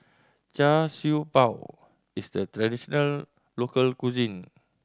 Char Siew Bao is the traditional local cuisine